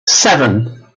seven